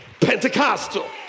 Pentecostal